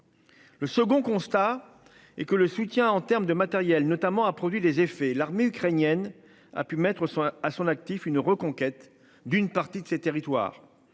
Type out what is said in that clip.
Le second constat et que le soutien en termes de matériel notamment a produit des effets. L'armée ukrainienne a pu mettre à son actif une reconquête d'une partie de ces territoires.